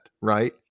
right